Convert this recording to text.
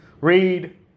read